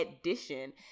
edition